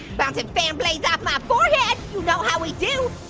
bouncing fan blades off my forehead, you know how we do!